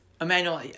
Emmanuel